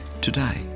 today